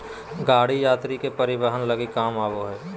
गाड़ी यात्री के परिवहन लगी काम आबो हइ